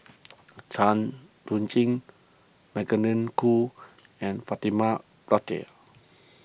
Tan Chuan Jin Magdalene Khoo and Fatimah Lateef